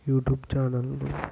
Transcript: YouTube ఛానల్లో